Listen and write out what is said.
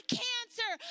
cancer